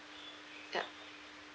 yup